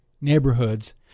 neighborhoods